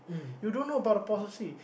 you don't know about the policy